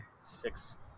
six